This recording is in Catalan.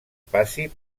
passi